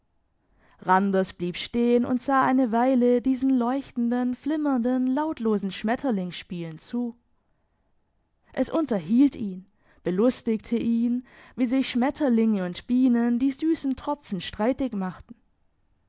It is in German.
randers blieb stehen und sah eine weile diesen leuchtenden flimmernden lautlosen schmetterlingsspielen zu es unterhielt ihn belustigte ihn wie sich schmetterlinge und bienen die süssen tropfen streitig machten